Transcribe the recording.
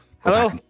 Hello